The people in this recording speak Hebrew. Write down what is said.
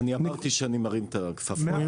אני אמרתי שאני מרים את הכפפה.